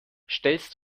stellst